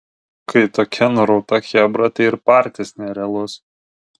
kai tokia nurauta chebra tai ir partis nerealus